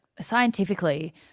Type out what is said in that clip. scientifically